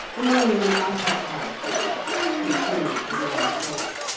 among the upper classes, continued the minor poet,